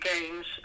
games